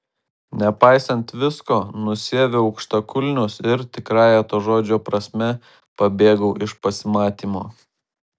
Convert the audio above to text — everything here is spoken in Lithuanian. nepaisant visko nusiaviau aukštakulnius ir tikrąja to žodžio prasme pabėgau iš pasimatymo